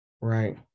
right